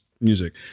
music